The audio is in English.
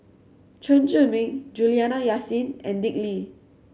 Chen Zhiming Juliana Yasin and Dick Lee